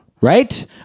right